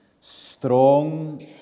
strong